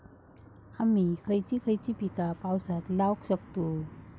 आम्ही खयची खयची पीका पावसात लावक शकतु?